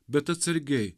bet atsargiai